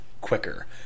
quicker